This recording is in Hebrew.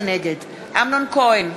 נגד אמנון כהן,